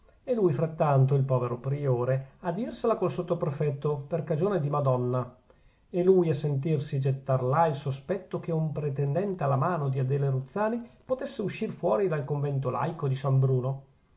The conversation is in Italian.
e lui frattanto il povero priore a dirsela col sottoprefetto per cagione di madonna e lui a sentirsi gettar là il sospetto che un pretendente alla mano di adele ruzzani potesse uscir fuori dal convento laico di san bruno